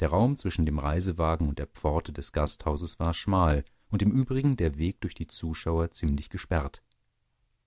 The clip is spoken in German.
der raum zwischen dem reisewagen und der pforte des gasthauses war schmal und im übrigen der weg durch die zuschauer ziemlich gesperrt